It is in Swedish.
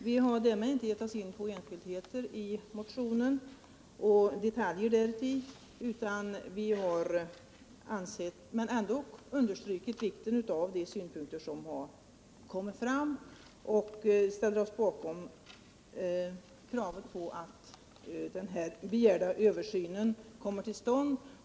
Vi har inte gått in på några enskildheter i motionen men ändå understrukit vikten av de synpunkter som har kommit fram och ställt oss bakom kravet på att den begärda översynen kommer till stånd.